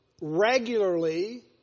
regularly